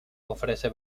ofrece